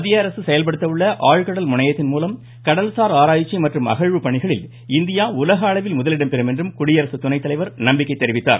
மத்தியஅரசு செயல்படுத்தவுள்ள ஆழ்கடல் முனையத்தின்மூலம் கடல்சார் ஆராய்ச்சி மற்றும் அகழ்வு பணிகளில் இந்தியா உலகளவில் முதலிடம் பெறும் என்றும் குடியரசுத் துணைத்தலைவர் நம்பிக்கை தெரிவித்தார்